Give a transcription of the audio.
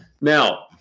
Now